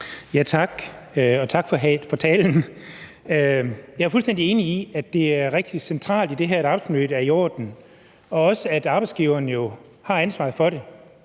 Tak, og tak for talen. Jeg er fuldstændig enig i, at det er rigtig centralt i det her, at arbejdsmiljøet er i orden, og også at arbejdsgiverne jo har ansvaret for det.